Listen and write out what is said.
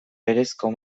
berezko